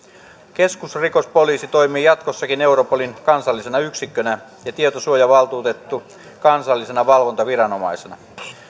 keskusrikospoliisi toimii jatkossakin europolin kansallisena yksikkönä ja tietosuojavaltuutettu kansallisena valvontaviranomaisena